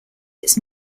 its